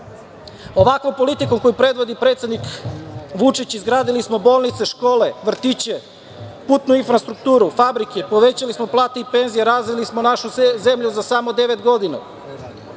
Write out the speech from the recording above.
politikom koju predvodi predsednik Vučić izgradili smo bolnice, škole, vrtiće, putnu infrastrukturu, fabrike, povećali smo plate i penzije, razvili smo našu zemlju za samo devet godina,